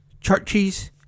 Churches